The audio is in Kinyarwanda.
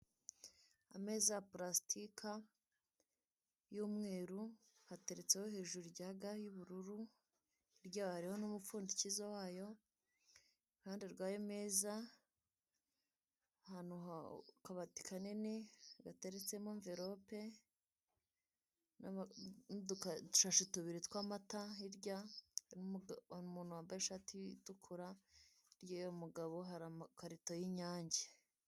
Ameza ya purasitika y'umweru, hateretseho hejuru ijaga y'ubururu, hirya hariho n'umupfundikizo wayo, iruhande rw'ayo meza, akabati kanini gateretsemo nverope n'ushashi tubiri tw'amata, hirya hari umuntu wambaye ishati itukura, hirya y'uwo mugabo hari amakarito y'inyange.